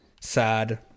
Sad